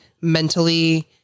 mentally